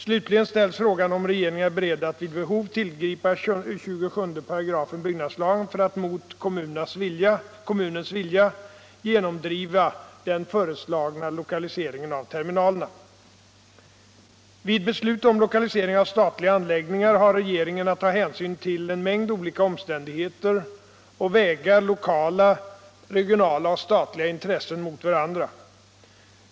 Slutligen ställs frågan om regeringen är beredd att vid behov tillgripa 27 § BL för att mot kommunens vilja genomdriva den föreslagna lokaliseringen av terminalerna. Vid beslut om lokalisering av statliga anläggningar har regeringen att ta hänsyn till en mängd olika omständigheter och väga lokala, regionala och statliga intressen mot varandra.